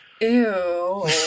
Ew